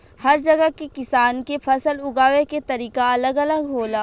हर जगह के किसान के फसल उगावे के तरीका अलग अलग होला